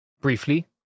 Briefly